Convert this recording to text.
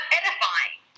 edifying